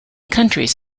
countries